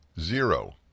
zero